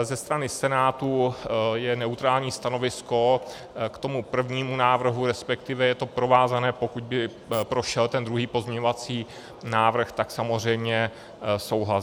Ze strany Senátu je neutrální stanovisko k tomu prvnímu návrhu, resp. je to provázané, pokud by prošel ten druhý pozměňovací návrh, tak samozřejmě souhlas.